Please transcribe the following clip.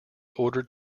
ordered